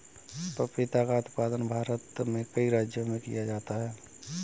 पपीता का उत्पादन भारत में कई राज्यों में किया जा रहा है